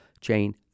chain